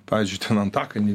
pavyzdžiui ten antakalny